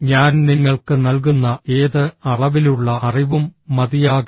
ഞാൻ നിങ്ങൾക്ക് നൽകുന്ന ഏത് അളവിലുള്ള അറിവും മതിയാകില്ല